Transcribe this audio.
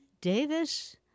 Davis